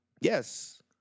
Yes